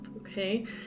Okay